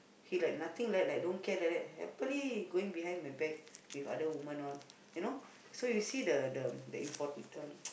he like nothing like that like don't care like that happily going behind my back with other women all you know so you see the the the important